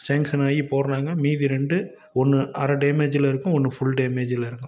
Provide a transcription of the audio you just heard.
sanction ஆகி போடுறாங்க மீதி ரெண்டு ஒன்று அரை டேமேஜில் இருக்கும் ஒன்று ஃபுல் டேமேஜில் இருக்கும்